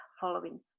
following